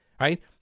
right